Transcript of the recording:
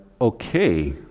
okay